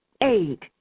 Eight